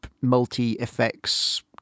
multi-effects